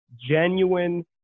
genuine